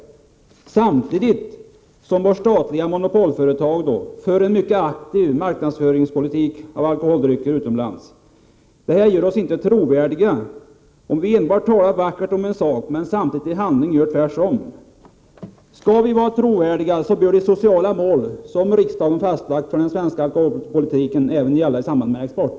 Detta sker samtidigt som vårt statliga monopolföretag för en mycket aktiv politik när det gäller marknadsföring av alkoholdrycker utomlands. Vi blir inte trovärdiga om vi enbart talar vackert om en sak och samtidigt i handling gör tvärtom. Om vi skall vara trovärdiga bör det sociala mål som riksdagen fastställt för den svenska alkoholpolitiken även gälla i samband med export.